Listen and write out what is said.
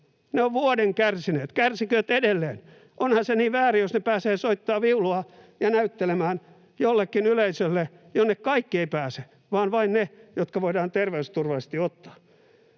he ovat vuoden kärsineet, niin kärsikööt edelleen? Onhan se niin väärin, jos he pääsevät soittamaan viulua ja näyttelemään jollekin yleisölle, jonne kaikki eivät pääse vaan vain ne, jotka voidaan terveysturvallisesti ottaa.